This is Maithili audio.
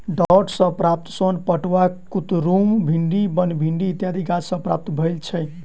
डांट सॅ प्राप्त सोन पटुआ, कुतरुम, भिंडी, बनभिंडी इत्यादि गाछ सॅ प्राप्त होइत छै